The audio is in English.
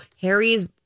Harry's